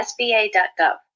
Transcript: sba.gov